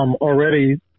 already